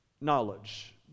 knowledge